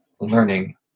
learning